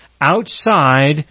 outside